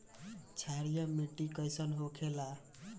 क्षारीय मिट्टी कइसन होखेला?